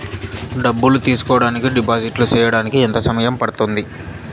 డబ్బులు తీసుకోడానికి డిపాజిట్లు సేయడానికి ఎంత సమయం పడ్తుంది